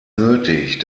nötig